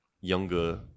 younger